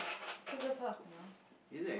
cause that's how it's pronounced